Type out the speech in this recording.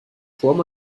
form